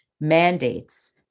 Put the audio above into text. mandates